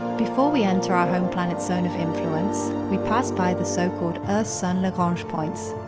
before we enter our home planet's zone of influence, we pass by the so-called earth-sun lagrange points.